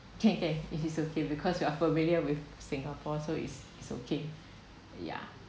K K it is okay because you are familiar with singapore so is okay ya